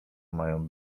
mają